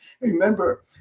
Remember